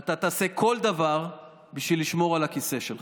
אתה תעשה כל דבר בשביל לשמור על הכיסא שלך.